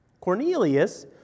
Cornelius